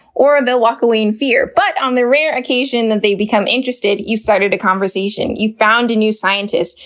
or, they'll walk away in fear. but, on the rare occasion that they become interested, you started a conversation, you found a new scientist,